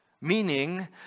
Meaning